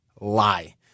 lie